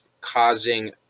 causing